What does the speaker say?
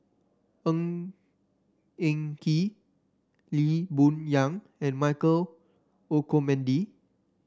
Ng Eng Kee Lee Boon Yang and Michael Olcomendy